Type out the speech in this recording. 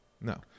No